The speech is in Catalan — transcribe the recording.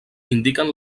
indiquen